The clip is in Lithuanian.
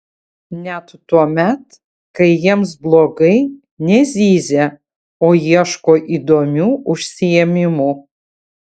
net tuomet kai jiems blogai nezyzia o ieško įdomių užsiėmimų